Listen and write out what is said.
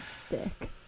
sick